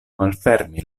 malfermi